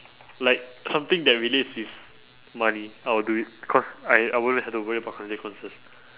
like something that relates with money I would do it cause I I wouldn't have to worry about consequences